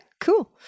cool